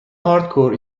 hardcore